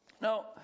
Now